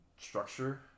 structure